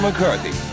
McCarthy